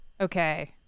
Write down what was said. okay